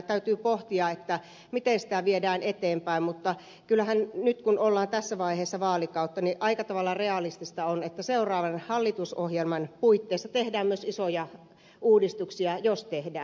täytyy pohtia miten sitä viedään eteenpäin mutta kyllähän nyt kun ollaan tässä vaiheessa vaalikautta aika tavalla realistista on että seuraavan hallitusohjelman puitteissa tehdään myös isoja uudistuksia jos tehdään